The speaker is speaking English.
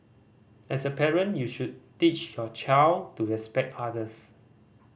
as a parent you should teach your child to respect others